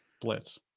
blitz